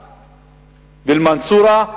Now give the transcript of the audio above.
באל-מנסורה,